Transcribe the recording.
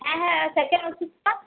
হ্যাঁ হ্যাঁ সেকেন্ড ওষুধটা